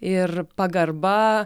ir pagarba